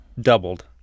doubled